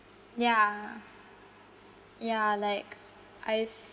yeah yeah like I